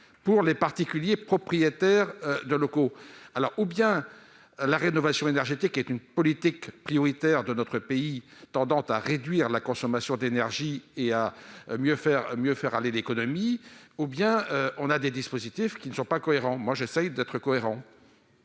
pour les particuliers propriétaires de locaux. Soit la rénovation énergétique est une politique prioritaire de notre pays tendant à réduire la consommation d'énergie et à stimuler l'économie, soit on empile des dispositifs qui ne sont pas cohérents. Moi, j'essaie d'être cohérent